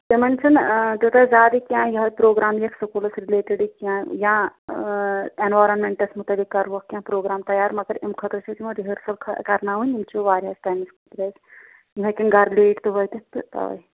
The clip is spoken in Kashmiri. تِمَن چھُنہٕ تیٛوٗتاہ زیادٕ کیٚنٛہہ یِہَے پرٛوگرٛام یِیکھ سکوٗلَس رِلیٹِڈٕے کیٚنٛہہ یا اینوارانمینٛٹٕس مُتعلق کَرہوکھ کیٚنٛہہ پرٛوگرٛام تَیار مَگر اَمہِ خٲطرِٕ چھُ اَسہِ یِمن رِہلسِل کَرٕناوٕنۍ یِم چھِ واریاہس ٹایمَس یِم ہیٚکَن گَرٕ لیٚٹ تہِ وٲتِتھ تہٕ تَوے